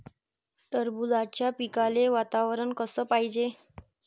टरबूजाच्या पिकाले वातावरन कस पायजे?